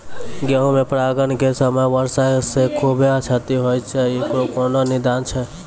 गेहूँ मे परागण के समय वर्षा से खुबे क्षति होय छैय इकरो कोनो निदान छै?